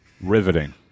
Riveting